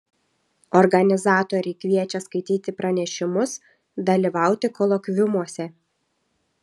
organizatoriai kviečia skaityti pranešimus dalyvauti kolokviumuose